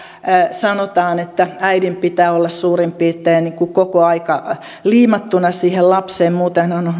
sanotaan että äidin pitää olla suurin piirtein koko ajan liimattuna siihen lapseen muuten hän on